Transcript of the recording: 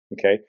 okay